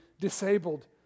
disabled